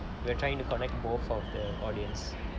we're trying to connect both of the audience